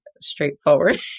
straightforward